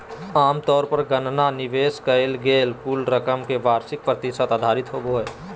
आमतौर पर गणना निवेश कइल गेल कुल रकम के वार्षिक प्रतिशत आधारित होबो हइ